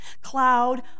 cloud